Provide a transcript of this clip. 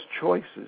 choices